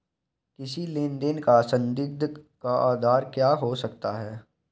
किसी लेन देन का संदिग्ध का आधार क्या हो सकता है?